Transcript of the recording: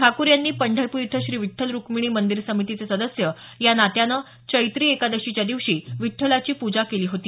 ठाकूर यांनी पंढरपूर इथं श्री विठ्ठल रुक्मिणी मंदिर समितीचे सदस्य या नात्याने चैत्री एकादशीच्या दिवशी विठ्ठलाची पूजा केली होती